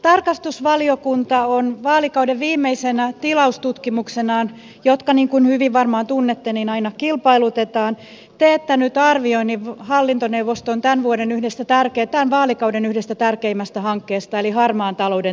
tarkastusvaliokunta on vaalikauden viimeisenä tilaustutkimuksenaan jotka niin kuin hyvin varmaan tunnette aina kilpailutetaan teettänyt arvioinnin hallintoneuvoston tämän vaalikauden yhdestä tärkeimmästä hankkeesta eli harmaan talouden torjunnasta